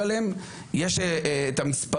יש פה שיטה, יש פה מנגנון.